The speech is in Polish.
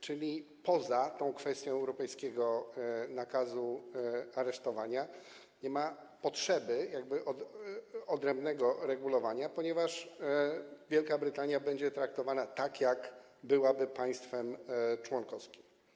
Czyli poza kwestią europejskiego nakazu aresztowania nie ma potrzeby odrębnego regulowania, ponieważ Wielka Brytania będzie traktowana tak, jak by była państwem członkowskim.